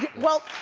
well,